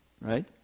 right